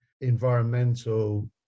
environmental